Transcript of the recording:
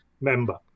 member